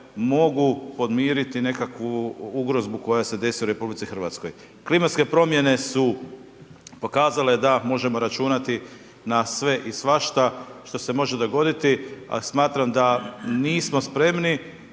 mogu podmiriti nekakvu ugrozu koja se desila u RH. Klimatske promjene su pokazale da možemo računati na sve i svašta što se može dogoditi, a smatram da nismo spremni